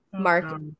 Mark